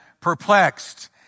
perplexed